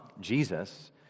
Jesus